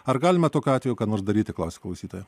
ar galima tokiu atveju ką nors daryti klausia klausytoja